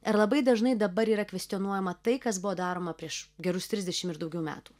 ir labai dažnai dabar yra kvestionuojama tai kas buvo daroma prieš gerus trisdešim ir daugiau